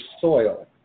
soil